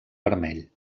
vermell